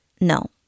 no